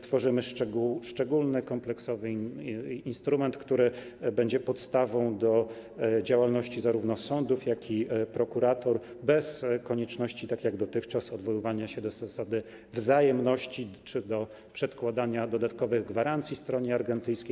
Tworzymy szczególny, kompleksowy instrument, który będzie podstawą do działalności zarówno sądów, jak i prokuratur bez konieczności, tak jak dotychczas, odwoływania się do zasady wzajemności czy do przedkładania dodatkowych gwarancji stronie argentyńskiej.